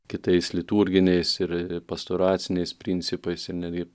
kitais liturginiais ir pastoraciniais principais ir netgi